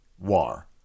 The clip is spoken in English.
war